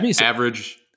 average